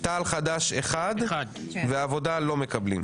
תע"ל-חד"ש אחד והעבודה לא מקבלים.